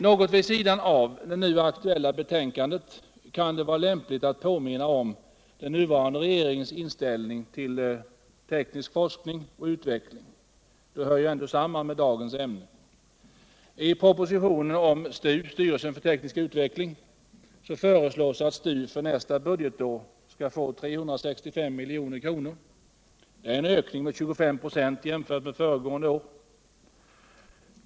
Något vid sidan av det nu aktuella betänkandet kan det vara lämpligt att påminna om den nuvarande regeringens inställning till teknisk forskning och utveckling —det hör ju ändå samman med dagens ämne.I propositionen om STU, styrelsen för teknisk utveckling, föreslås att STU för nästa budgetår skall få 365 milj.kr. Det är en ökning med 25 26 jämfört med föregående år.